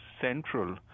central